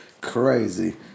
crazy